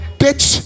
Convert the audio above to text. bitch